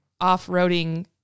off-roading